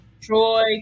Troy